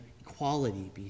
equality